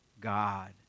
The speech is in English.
God